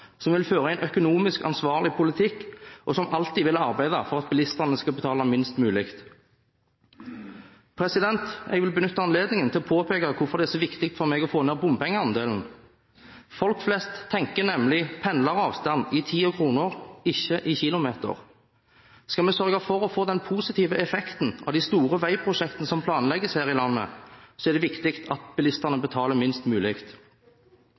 som vil føre en ansvarlig økonomisk politikk, og som alltid vil arbeide for at bilistene skal betale minst mulig. Jeg vil benytte anledningen til å påpeke hvorfor det er så viktig for meg å få ned bompengeandelen. Folk flest tenker nemlig pendleravstand i tid og kroner, ikke i kilometer. Skal vi sørge for å få den positive effekten av de store veiprosjektene som planlegges her i landet, er det viktig at bilistene betaler minst mulig.